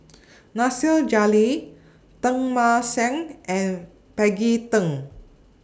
Nasir Jalil Teng Mah Seng and Maggie Teng